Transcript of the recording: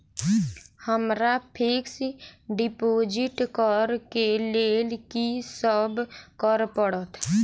हमरा fix deposit करऽ केँ लेल की सब करऽ पड़त?